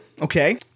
okay